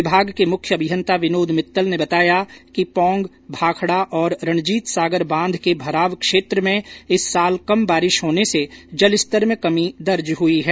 विभाग के मुख्य अभियंता विनोद मित्तल ने बताया कि पोंग भाखड़ा और रणजीत सागर बांध के भराव क्षेत्र में इस साल कम बारिश होने से जल स्तर में कमी दर्ज हई है